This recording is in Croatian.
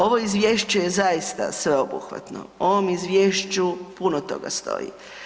Ovo izvješće je zaista sveobuhvatno, u ovom izvješću puno toga stoji.